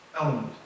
element